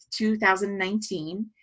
2019